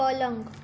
પલંગ